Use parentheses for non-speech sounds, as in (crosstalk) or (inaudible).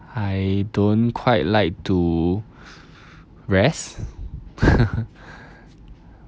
I don't quite like to rest (laughs)